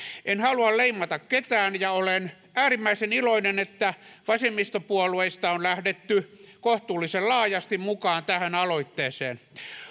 en halua leimata ketään ja olen äärimmäisen iloinen että vasemmistopuolueista on lähdetty kohtuullisen laajasti mukaan tähän aloitteeseen